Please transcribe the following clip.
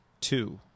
two